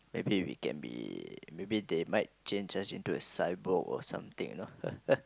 maybe we can be maybe they might change us into a cyborg or something you know